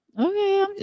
Okay